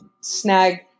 snag